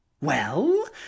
Well